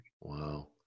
Wow